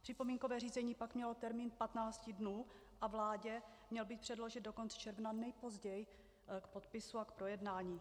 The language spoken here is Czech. Připomínkové řízení pak mělo termín patnácti dnů a vládě měl být předložen do konce června nejpozději k podpisu a projednání.